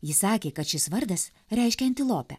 ji sakė kad šis vardas reiškia antilopę